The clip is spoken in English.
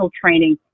training